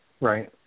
Right